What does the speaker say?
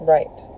Right